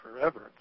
forever